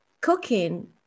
cooking